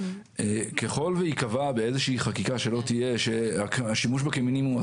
ככל וייקבע באיזושהי חקיקה שלא תהיה,